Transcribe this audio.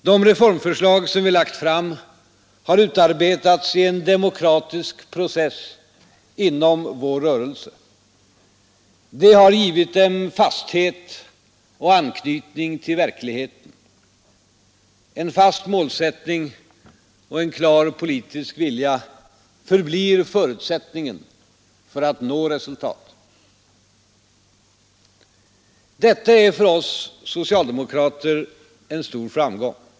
De reformförslag som vi lagt fram har utarbetats i en demokratisk process inom vår rörelse. Det har givit dem fasthet och anknytning till verkligheten. En fast målsättning och en klar politisk vilja förblir förutsättningen för att nå resultat. Detta är för oss socialdemokrater en stor framgång.